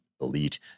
elite